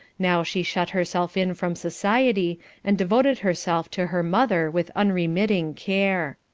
now she shut herself in from society and devoted herself to her mother with unremitting care.